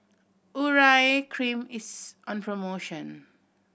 Urea Cream is on promotion